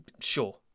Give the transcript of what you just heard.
sure